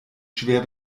schwer